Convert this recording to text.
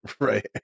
Right